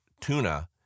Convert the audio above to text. tuna